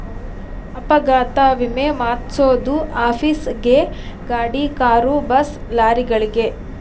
ಅಪಘಾತ ವಿಮೆ ಮಾದ್ಸೊದು ಆಫೀಸ್ ಗೇ ಗಾಡಿ ಕಾರು ಬಸ್ ಲಾರಿಗಳಿಗೆ